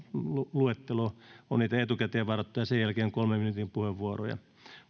luettelo on niitä etukäteen varattuja ja sen jälkeen on kolmen minuutin puheenvuoroja